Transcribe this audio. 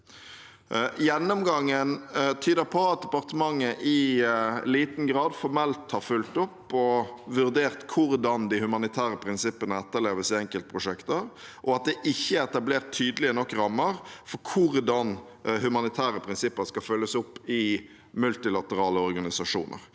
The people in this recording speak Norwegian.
Gjennomgangen tyder på at departementet i liten grad formelt har fulgt opp og vurdert hvordan de humanitære prinsippene etterleves i enkeltprosjekter, og at det ikke er etablert tydelige nok rammer for hvordan humanitære prinsipper skal følges opp i multilaterale organisasjoner.